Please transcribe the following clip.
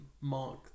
mark